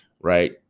right